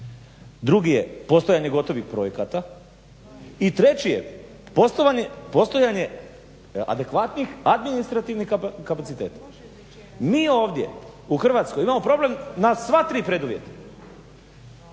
drugi je postojanje gotovih projekata i treći je postojanje adekvatnih administrativnih kapaciteta. Mi ovdje u Hrvatskoj imamo problem na sva tri preduvjeta.